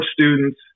students